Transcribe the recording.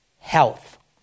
health